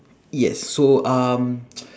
yes so um